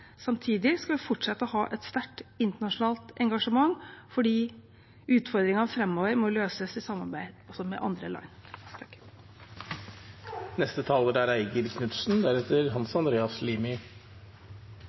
Samtidig skal vi fortsette å ha et sterkt internasjonalt engasjement fordi utfordringene framover må også løses i samarbeid med andre